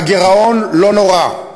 הגירעון לא נורא,